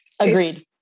agreed